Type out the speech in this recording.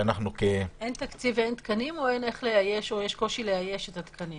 אין תקציב ואין תקנים או יש קושי לאייש את התקנים?